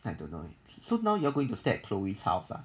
I don't know leh so now you are going to stay at chloe's house lah